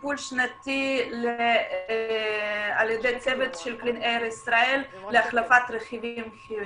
על ידי צוות של קלין אייר ישראל להחלפת רכיבים --- תודה.